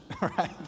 right